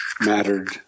mattered